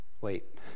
wait